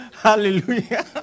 Hallelujah